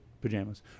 pajamas